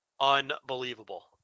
Unbelievable